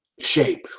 shape